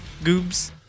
goobs